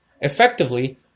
effectively